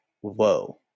whoa